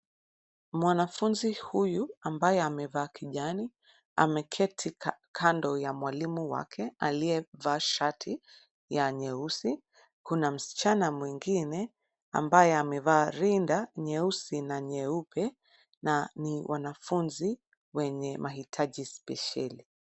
Mwanafunzi huyu ambaye amevaa kijani ameketi kando ya mwalimu wake aliyevaa shati ya nyeusi kuna msichana mwingine ambaye amevaa rinda nyeusi na nyeupe na ni wanafunzi wenye mahitaji spesheli.